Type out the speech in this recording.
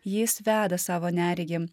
jis veda savo neregį